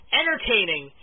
entertaining